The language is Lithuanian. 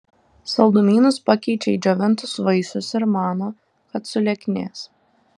saldumynus pakeičia į džiovintus vaisius ir mano kad sulieknės